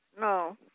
No